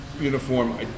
Uniform